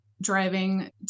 driving